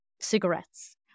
cigarettes